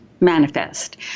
manifest